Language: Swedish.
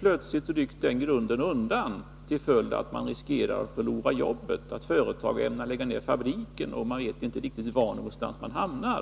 Plötsligt rycks den grunden undan, till följd av att de riskerar att förlora jobbet därför att företaget ämnar lägga ner fabriken. De vet inte var någonstans de skall hamna.